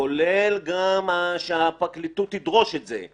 כולל גם שהפרקליטות תדרוש את זה,